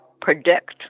predict